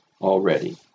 already